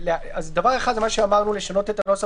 דבר אחד הוא לשנות את הנוסח,